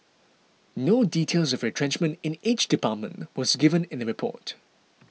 no details of retrenchment in each department was given in the report